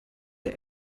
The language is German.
der